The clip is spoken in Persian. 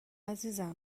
عزیزم